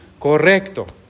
correcto